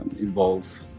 involve